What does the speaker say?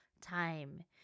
time